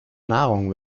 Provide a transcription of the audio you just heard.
nahrung